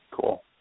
Cool